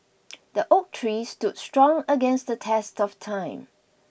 the oak tree stood strong against the test of time